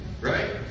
Right